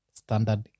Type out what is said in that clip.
standard